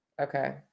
Okay